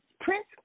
Prince